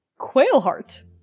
Quailheart